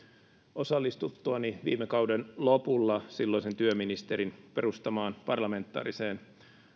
osallistuttuani viime kauden lopulla silloisen työministerin perustamaan parlamentaariseen